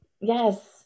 Yes